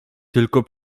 tylko